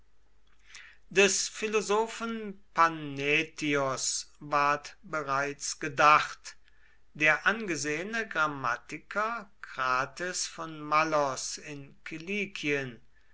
des philosophen panätios ward bereits gedacht der angesehene grammatiker krates von mallos in